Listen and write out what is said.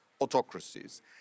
autocracies